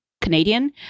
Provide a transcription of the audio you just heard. Canadian